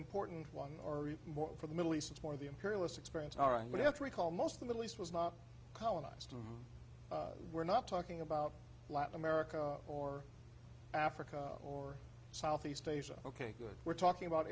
important one or more for the middle east and more of the imperialist experience all right we have to recall most of the middle east was not colonized and we're not talking about latin america or africa or southeast asia ok good we're talking about